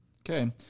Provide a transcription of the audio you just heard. Okay